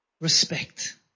Respect